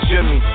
Jimmy